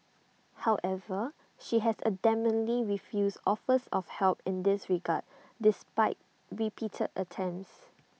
however she has adamantly refused offers of help in this regard despite repeated attempts